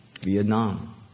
Vietnam